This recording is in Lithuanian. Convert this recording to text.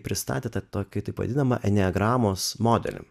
pristatė tą tokį taip vadinamą enegramos modelį